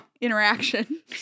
interaction